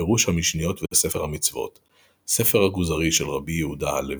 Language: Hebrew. פירוש המשניות וספר המצוות; ספר הכוזרי של רבי יהודה הלוי,